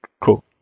cool